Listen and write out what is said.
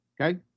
Okay